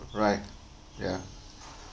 right ya